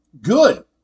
Good